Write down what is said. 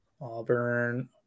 Auburn